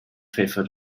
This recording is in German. pfeffer